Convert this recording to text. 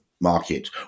market